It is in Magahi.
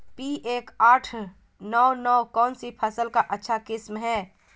पी एक आठ नौ नौ कौन सी फसल का अच्छा किस्म हैं?